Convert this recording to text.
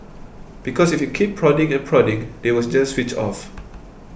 because if you keep prodding and prodding they will just switch off